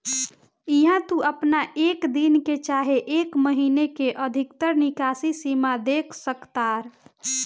इहा तू आपन एक दिन के चाहे एक महीने के अधिकतर निकासी सीमा देख सकतार